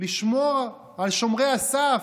לשמור על שומרי הסף,